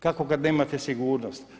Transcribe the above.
Kako kad nemate sigurnost?